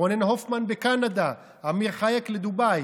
רונן הופמן בקנדה, אמיר חייק לדובאי,